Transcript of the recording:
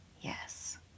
yes